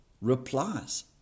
replies